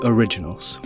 Originals